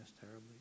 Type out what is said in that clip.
terribly